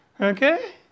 Okay